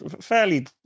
fairly